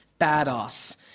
Badass